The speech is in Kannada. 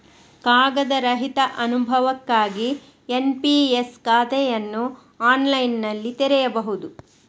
ಕಾಗದ ರಹಿತ ಅನುಭವಕ್ಕಾಗಿ ಎನ್.ಪಿ.ಎಸ್ ಖಾತೆಯನ್ನು ಆನ್ಲೈನಿನಲ್ಲಿ ತೆರೆಯಬಹುದು